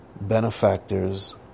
Benefactors